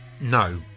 No